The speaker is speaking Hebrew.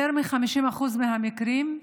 יותר מ-50% מהמקרים,